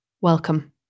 welcome